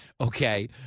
Okay